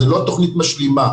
זו לא תוכנית משלימה.